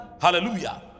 Hallelujah